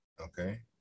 okay